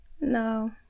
No